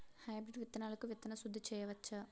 Hybrid విత్తనాలకు విత్తన శుద్ది చేయవచ్చ?